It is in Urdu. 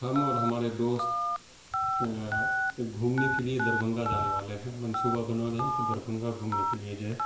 ہم اور ہمارے دوست گھومنے کے لے دربھنگہ جانے والے ہیں منصوبہ بنا رہے ہیں کہ دربھنگہ گھومنے کے لیے جائیں